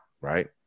right